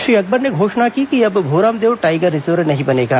श्री अकबर ने घोषणा की कि अब भोरमदेव टाइगर रिजर्व नहीं बनेगा